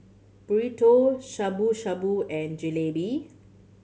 Burrito Shabu Shabu and Jalebi